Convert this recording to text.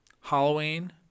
Halloween